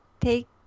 Take